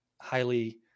highly